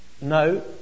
no